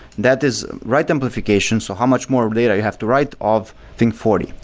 that is write amplification. so how much more data you have to write of think forty?